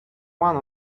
one